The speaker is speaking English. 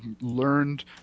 learned